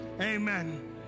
amen